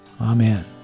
Amen